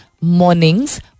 Mornings